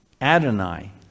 Adonai